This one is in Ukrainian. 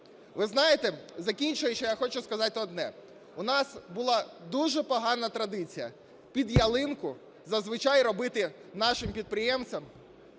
Ви знаєте, закінчуючи, я хочу сказати одне. У нас була дуже погана традиція: під ялинку, зазвичай, робити нашим підприємцям